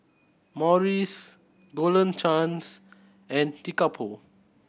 Morries Golden Chance and Kickapoo